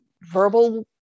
verbal